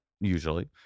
usually